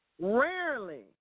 Rarely